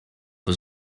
was